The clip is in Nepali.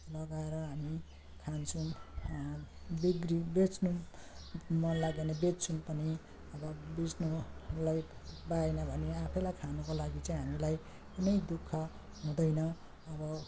लगाएर हामी खान्छौँ बिक्री बेच्नु मनलाग्यो भने बेच्छौँ पनि बेच्नुलाई पाएन भने आफैलाई खानको लागि चाहिँ हामीलाई कुनै दुःख हुँदैन अब